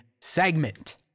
segment